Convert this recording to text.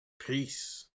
peace